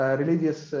religious